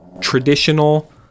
traditional